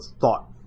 thought